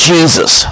Jesus